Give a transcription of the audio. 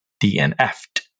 DNF'd